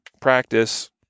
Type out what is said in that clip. Practice